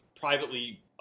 privately